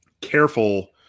careful